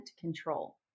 control